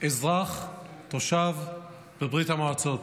אזרח, תושב בברית המועצות,